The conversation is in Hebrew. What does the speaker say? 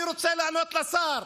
אני רוצה לענות לשר